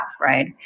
right